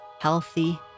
healthy